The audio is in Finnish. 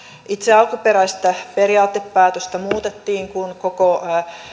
itse alkuperäistä periaatepäätöstä muutettiin kun koko